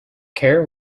care